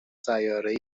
سیارهای